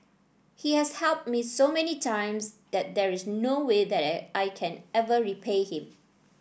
he has helped me so many times that there is no way that I I can ever repay him